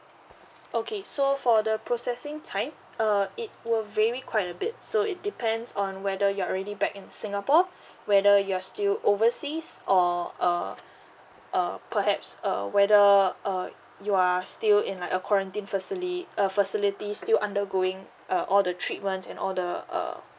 okay so for the processing time uh it will vary quite a bit so it depends on whether you're already back in singapore whether you're still overseas or uh uh perhaps uh whether uh you are still in like a quarantine facili~ uh facility still undergoing uh all the treatment and all the err